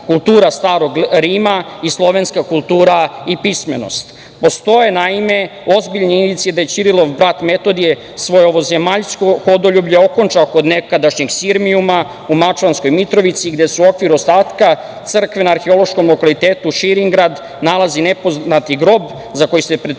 kultura Starog Rima i slovenska kultura i pismenost. Postoje, naime, ozbiljni indicije da je Ćirilov brat Metodije svoje ovozemaljsko hodoljublje okončao kod nekadašnjeg Sirmijuma u mačvanskoj Mitrovici gde su u okviru ostatka crkve na arheološkom lokalitetu „Širingrad“ nalazi nepoznati grob za koji se pretpostavlja